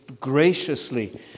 graciously